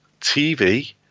TV